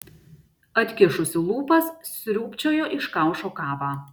atkišusi lūpas sriūbčiojo iš kaušo kavą